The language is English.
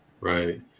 right